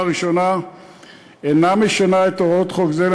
ראשונה אינה משנה את הוראות חוק זה,